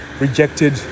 rejected